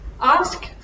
ask